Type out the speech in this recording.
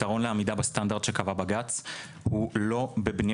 הפתרון לעמידה בסטנדרט שקבע בג"ץ הוא לא בבינוי,